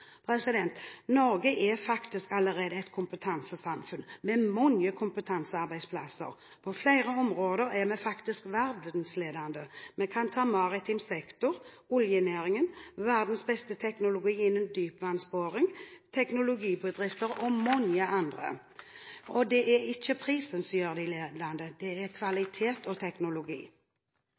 Norge er allerede et kompetansesamfunn med mange kompetansearbeidsplasser. På flere områder er vi faktisk verdensledende – vi kan ta maritim sektor, oljenæringen, verdens beste teknologi innen dypvannsboring, teknologibedrifter og mange andre. Det er ikke prisen som gjør dem ledende, det er kvalitet og teknologi.